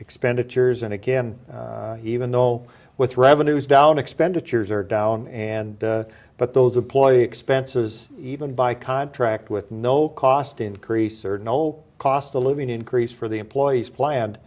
expenditures and again even though with revenues down expenditures are down and but those a ploy expenses even by contract with no cost increase or no cost of living increase for the employees planned